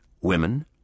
Women